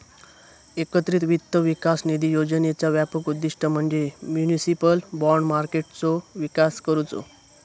एकत्रित वित्त विकास निधी योजनेचा व्यापक उद्दिष्ट म्हणजे म्युनिसिपल बाँड मार्केटचो विकास करुचो